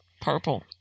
Purple